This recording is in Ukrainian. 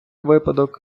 випадок